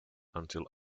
until